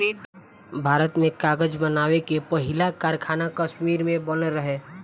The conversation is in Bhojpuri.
भारत में कागज़ बनावे के पहिला कारखाना कश्मीर में बनल रहे